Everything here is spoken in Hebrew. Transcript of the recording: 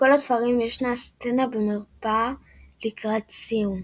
בכל הספרים ישנה סצנה במרפאה לקראת סיום.